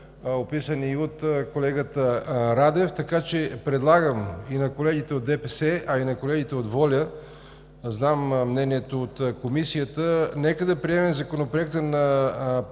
описани и от колегата Радев. Предлагам на колегите от ДПС, а и на колегите от ВОЛЯ – знам мнението от Комисията – нека да приемем Законопроекта на първо